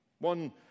One